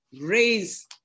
raise